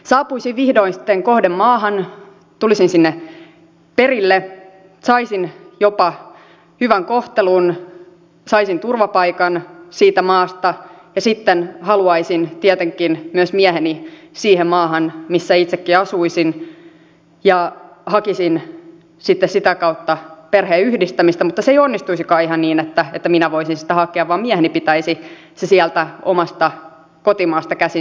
saapuisin vihdoin sitten kohdemaahan tulisin sinne perille saisin jopa hyvän kohtelun saisin turvapaikan siitä maasta ja sitten haluaisin tietenkin myös mieheni siihen maahan missä itsekin asuisin ja hakisin sitten sitä kautta perheenyhdistämistä mutta se ei onnistuisikaan ihan niin että minä voisin sitä hakea vaan mieheni pitäisi se sieltä omasta kotimaastaan käsin hakea